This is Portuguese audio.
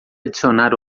adicionar